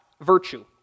virtue